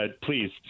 please